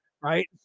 right